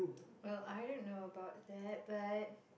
well I don't know about that but